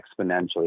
exponentially